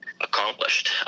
accomplished